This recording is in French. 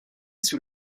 sous